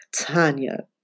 Tanya